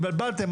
התבלבלתם,